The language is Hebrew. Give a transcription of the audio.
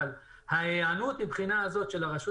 אבל ההיענות מבחינה זאת של הרשות